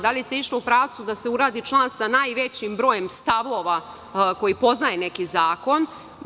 Da li se išlo u pravcu da se uradi član sa najvećim brojem stavova koji poznaje neki zakon?